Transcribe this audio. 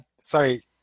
sorry